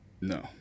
No